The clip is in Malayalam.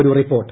ഒരു റിപ്പോർട്ട്